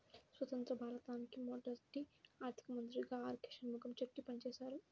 స్వతంత్య్ర భారతానికి మొదటి ఆర్థిక మంత్రిగా ఆర్.కె షణ్ముగం చెట్టి పనిచేసారు